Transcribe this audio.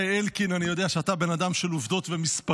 אלקין, אני יודע שאתה בן אדם של עובדות ומספרים.